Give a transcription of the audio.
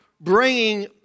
bringing